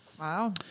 Wow